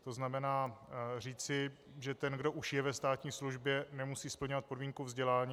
To znamená říci, že ten, kdo už je ve státní službě, nemusí splňovat podmínku vzdělání.